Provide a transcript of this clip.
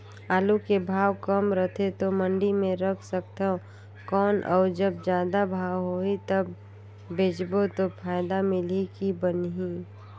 आलू के भाव कम रथे तो मंडी मे रख सकथव कौन अउ जब जादा भाव होही तब बेचबो तो फायदा मिलही की बनही?